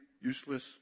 useless